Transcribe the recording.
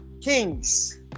kings